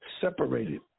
separated